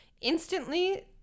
Instantly